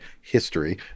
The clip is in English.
history